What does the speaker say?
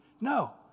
No